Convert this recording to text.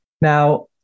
Now